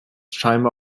scheinbar